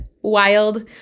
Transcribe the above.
wild